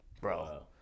Bro